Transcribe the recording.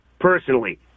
personally